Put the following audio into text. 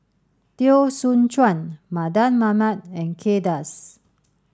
Teo Soon Chuan Mardan Mamat and Kay Das